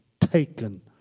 taken